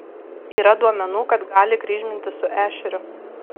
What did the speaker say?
yra duomenų kad gali kryžmintis su ešeriu